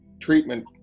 treatment